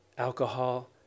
alcohol